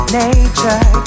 nature